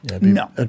no